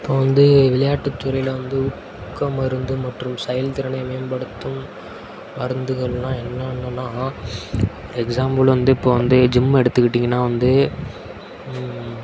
இப்போ வந்து விளையாட்டுத் துறையில் வந்து ஊக்க மருந்து மற்றும் செயல் திறனை மேம்படுத்தும் மருந்துகள்னால் என்னென்னால் எக்ஸாம்புள் வந்து இப்போது வந்து ஜிம் எடுத்துக்கிட்டிங்கனால் வந்து